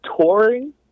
touring